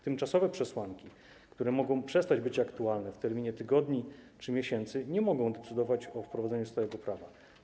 Tymczasowe przesłanki, które mogą przestać być aktualne w terminie tygodni czy miesięcy, nie mogą decydować o wprowadzeniu stałego prawa.